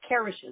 carishes